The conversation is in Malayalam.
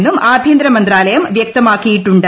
എന്നും ആഭ്യന്തര മന്ത്രാലയം വ്യക്തമാക്കിയിട്ടുണ്ട്